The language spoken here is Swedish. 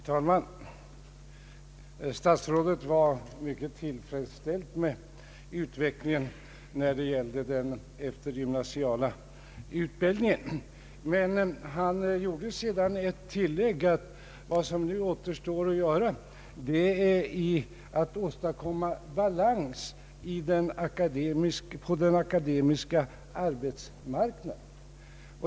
Herr talman! Statsrådet var mycket tillfredsställd med utvecklingen i fråga om den eftergymnasiala utbildningen, men han tillade att vad som nu återstår att göra är att åstadkomma balans på den akademiska arbetsmarknaden.